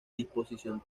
disposición